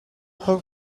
how